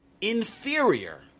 inferior